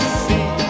see